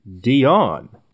Dion